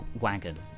wagon